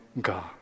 God